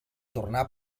tornà